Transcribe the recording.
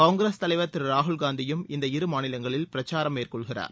காங்கிரஸ் தலைவர் திரு ராகுல் காந்தியும் இந்த இரு மாநிலங்களில் பிரச்சாரம் மேற்கொள்கிறார்